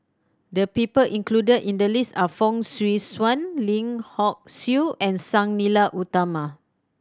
the people included in the list are Fong Swee Suan Lim Hock Siew and Sang Nila Utama